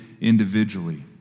individually